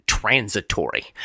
transitory